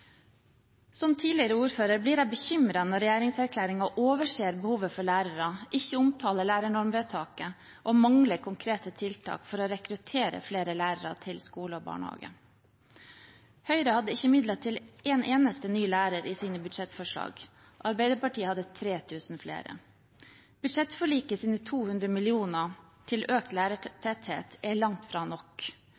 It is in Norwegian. Som tidligere ordfører blir jeg bekymret når regjeringserklæringen overser behovet for lærere, ikke omtaler lærernormvedtaket og mangler konkrete tiltak for å rekruttere flere lærere til skole og barnehage. Høyre hadde ikke midler til en eneste ny lærer i sine budsjettforslag. Arbeiderpartiet hadde 3 000 flere. Budsjettforlikets 200 mill. kr til økt